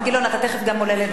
גם אתה תיכף עולה לדבר.